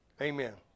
Amen